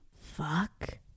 fuck